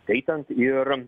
skaitant ir